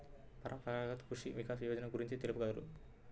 పరంపరాగత్ కృషి వికాస్ యోజన ఏ గురించి తెలుపగలరు?